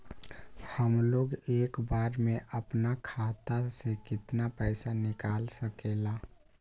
हमलोग एक बार में अपना खाता से केतना पैसा निकाल सकेला?